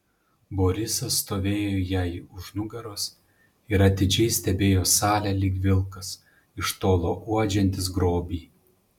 borisas stovėjo jai už nugaros ir atidžiai stebėjo salę lyg vilkas iš tolo uodžiantis grobį